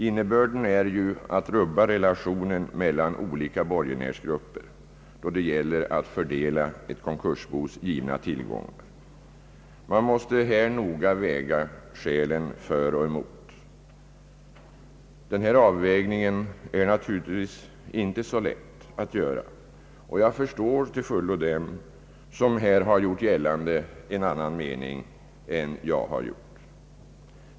Innebörden är ju att rubba relationen mellan olika borgenärsgrupper då det gäller att fördela ett konkursbos givna tillgångar. Man måste här nog väga skälen för och emot. Avvägningen är naturligtvis inte så lätt att göra, och jag förstår till fullo dem som här har gjort gällande en annan mening än jag har gjort.